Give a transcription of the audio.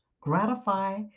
gratify